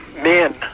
men